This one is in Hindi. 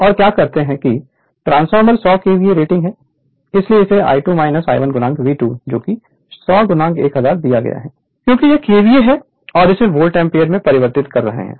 और क्या कहते हैं कि ट्रांसफार्मर 100 केवीए रेटिंग है इसलिए इसे I2 I1 V2 100 1000 दिया गया है क्योंकि यह KVA है और इसे वोल्ट एम्पीयर में परिवर्तित कर रहा है